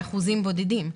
על אחוזים בודדים.